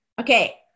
okay